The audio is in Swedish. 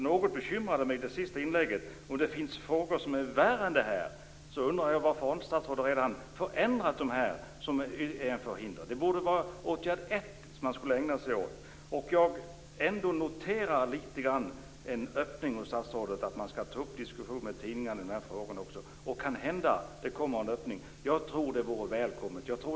Fru talman! Det sista inlägget bekymrar mig något. Om det finns frågor som är värre än den här undrar jag varför statsrådet inte redan har förändrat det som är ett förhinder. Det borde vara den första åtgärd som man ägnar sig åt. Jag noterar ändå en liten öppning hos statsrådet, att man skall ta upp en diskussion med tidningarna om de här frågorna. Kanhända det kommer en öppning, och det vore välkommet.